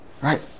Right